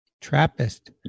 Trappist